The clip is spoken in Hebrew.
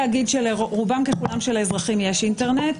לרובם ככולם של האזרחים יש אינטרנט,